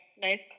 Nice